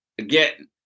again